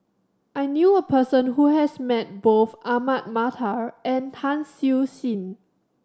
I knew a person who has met both Ahmad Mattar and Tan Siew Sin